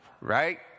Right